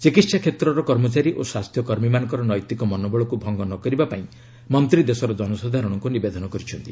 ଚିକିତ୍ସା କ୍ଷେତ୍ରରର କର୍ମଚାରୀ ଓ ସ୍ୱାସ୍ଥ୍ୟ କର୍ମୀମାନଙ୍କର ନୈତିକ ମନୋବଳକୁ ଭଙ୍ଗ ନ କରିବା ପାଇଁ ମନ୍ତ୍ରୀ ଦେଶର ଜନସାଧାରଣଙ୍କୁ ନିବେଦନ କରିଛନ୍ତି